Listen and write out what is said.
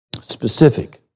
specific